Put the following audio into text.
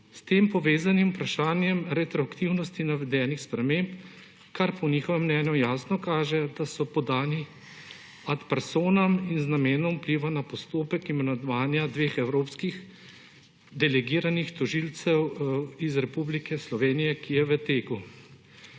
s tem povezanim vprašanjem retroaktivnosti navedenih sprememb, kar po njihovem mnenju jasno kaže, da so podani ad personam in z namenom vpliva na postopek imenovanja dveh evropskih delegiranih tožilcev iz Republike Slovenije, ki je v teku.